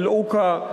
אל-עוקה,